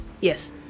Yes